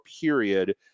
period